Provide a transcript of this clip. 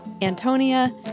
Antonia